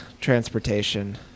transportation